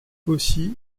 aussi